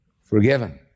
forgiven